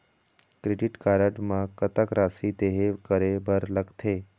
Credit card म कतक राशि देहे करे बर लगथे?